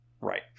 Right